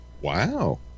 Wow